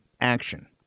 action